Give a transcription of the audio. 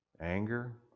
anger